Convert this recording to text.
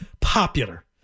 popular